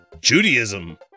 Judaism